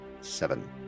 Seven